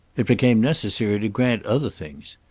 it became necessary to grant other things.